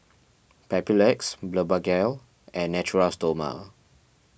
Papulex Blephagel and Natura Stoma